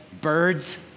birds